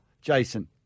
Jason